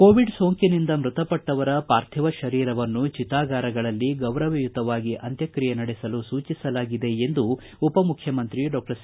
Covid ಸೋಂಕಿನಿಂದ ಮೃತಪಟ್ಟವರ ಪಾರ್ಥಿವ ಶರೀರವನ್ನು ಚಿತಾಗಾರಗಳಲ್ಲಿ ಗೌರವಯುತವಾಗಿ ಅಂತ್ಯಕ್ರಿಯೆ ನಡೆಸಲು ಸೂಚಿಸಲಾಗಿದೆ ಎಂದು ಉಪಮುಖ್ಯಮಂತ್ರಿ ಡಾಕ್ಟರ್ ಸಿ